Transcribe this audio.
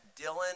dylan